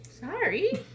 Sorry